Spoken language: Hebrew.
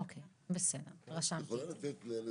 אוקיי, בסדר, רשמתי את זה.